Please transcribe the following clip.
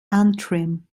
antrim